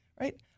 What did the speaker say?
right